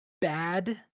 bad